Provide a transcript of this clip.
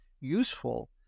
useful